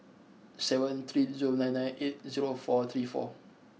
seven three zero nine nine eight zero four three four